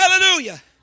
Hallelujah